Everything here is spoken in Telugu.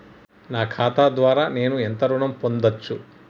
నా ఖాతా ద్వారా నేను ఎంత ఋణం పొందచ్చు?